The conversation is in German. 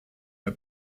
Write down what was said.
der